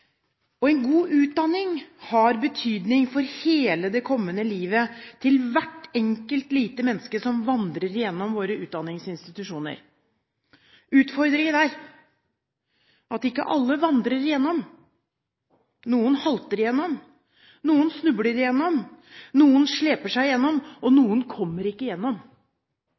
nå. En god utdanning har betydning for hele det kommende livet til hvert enkelt lite menneske som vandrer gjennom våre utdanningsinstitusjoner. Utfordringen er at ikke alle vandrer igjennom. Noen halter igjennom, noen snubler igjennom, noen sleper seg igjennom, og noen kommer ikke